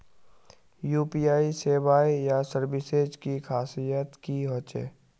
UPI सेवाएँ या services की खासियत की होचे?